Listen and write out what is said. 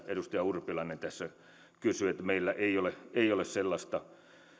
edustaja urpilainen tässä kysyi meillä ei ole sellaista